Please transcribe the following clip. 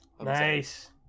Nice